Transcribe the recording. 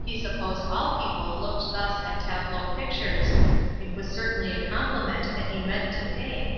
he supposed all people looked thus at tableau pictures it was certainly a compliment that he meant to pay,